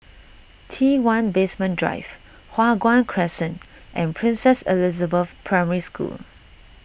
T one Basement Drive Hua Guan Crescent and Princess Elizabeth Primary School